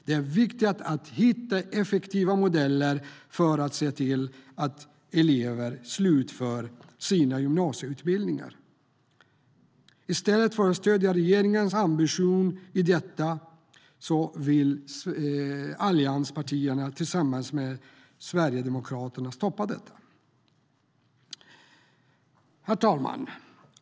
Det viktiga är att hitta effektiva modeller för att se till att elever slutför sina gymnasieutbildningar. I stället för att stödja regeringens ambition vill allianspartierna, tillsammans med Sverigedemokraterna, stoppa den. Herr talman!